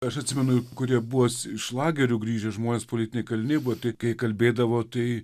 aš atsimenu kurie buvo iš lagerių grįžę žmonės politiniai kaliniai buvo tai kai kalbėdavo tai